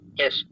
yes